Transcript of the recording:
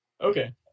Okay